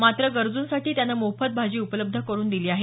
मात्र गरजूंसाठी त्यानं मोफत भाजी उपलब्ध करून दिली आहे